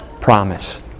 promise